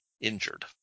injured